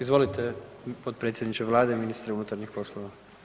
Izvolite, potpredsjedniče Vlade i ministre unutarnjih poslova.